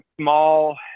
small